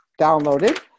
downloaded